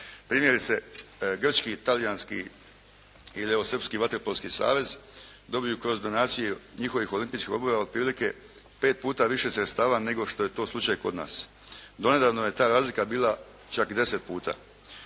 Primjerice, grčki, talijanski ili evo srpski vaterpolski savez dobiju kroz donaciju njihovih Olimpijskih odbora otprilike pet puta više sredstava nego što je to slučaj kod nas. Donedavno je ta razlika bila čak i 10 puta.